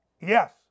Yes